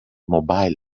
mobile